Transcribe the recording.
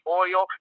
oil